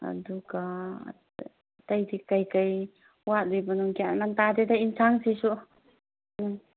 ꯑꯗꯨꯒ ꯑꯇꯩꯗꯤ ꯀꯔꯤ ꯀꯔꯤ ꯋꯥꯠꯂꯤꯕꯅꯣ ꯒ꯭ꯌꯥꯟ ꯑꯃ ꯇꯥꯗꯦꯗ ꯏꯟꯁꯥꯡꯁꯤꯁꯨ ꯎꯝ